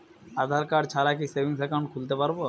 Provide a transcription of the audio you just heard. আধারকার্ড ছাড়া কি savings account খুলতে পারব?